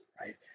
right